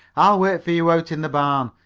i'll wait for you out in the barn,